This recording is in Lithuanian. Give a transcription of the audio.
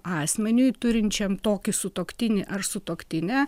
asmeniui turinčiam tokį sutuoktinį ar sutuoktinę